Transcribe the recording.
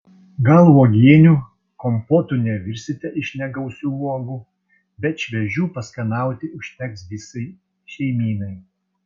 gal uogienių kompotų nevirsite iš negausių uogų bet šviežių paskanauti užteks visai šeimynai